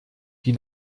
die